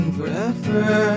Forever